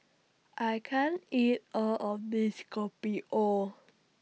I can't eat All of This Kopi O